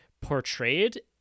portrayed